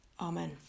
Amen